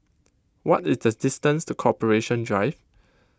what is the distance to Corporation Drive